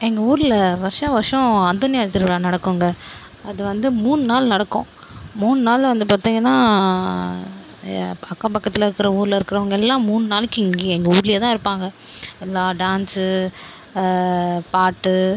எங்கள் ஊரில் வருஷா வருஷோம் அந்தோனியார் திருவிழா நடக்குங்க அது வந்து மூணு நாள் நடக்கும் மூணு நாளில் வந்து பார்த்தீங்கனா அக்கம் பக்கத்தில் இருக்கிற ஊரில் இருக்கிறவங்க எல்லா மூணு நாளைக்கு இங்கேயே எங்கள் ஊர்லேயே தான் இருப்பாங்க எல்லா டான்சு பாட்டு